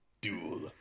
Duel